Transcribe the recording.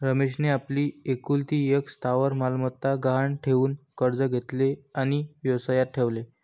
रमेशने आपली एकुलती एक स्थावर मालमत्ता गहाण ठेवून कर्ज घेतले आणि व्यवसायात ठेवले